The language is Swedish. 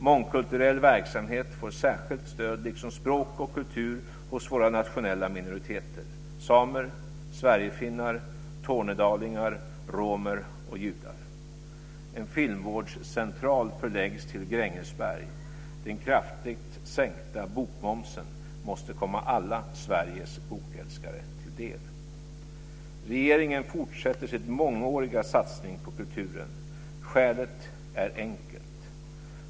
Mångkulturell verksamhet får särskilt stöd, liksom språk och kultur hos våra nationella minoriteter - samer, sverigefinnar, tornedalingar, romer och judar. En filmvårdscentral förläggs till Grängesberg. Den kraftigt sänkta bokmomsen måste komma alla Sveriges bokälskare till del. Regeringen fortsätter sin mångåriga satsning på kulturen. Skälet är enkelt.